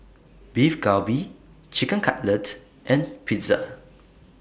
Beef Galbi Chicken Cutlet and Pizza